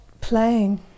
playing